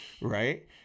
Right